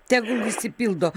tegul išsipildo